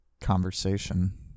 conversation